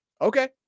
Okay